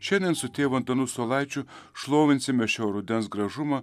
šiandien su tėvu antanu saulaičiu šlovinsime šio rudens gražumą